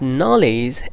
knowledge